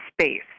space